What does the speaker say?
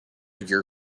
your